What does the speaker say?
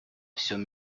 всем